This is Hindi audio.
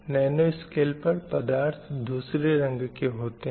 नैनो स्केल पर पदार्थ दूसरे रंग के होते है